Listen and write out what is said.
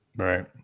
Right